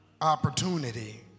opportunity